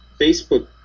Facebook